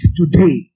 today